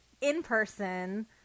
in-person